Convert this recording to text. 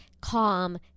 calm